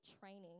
training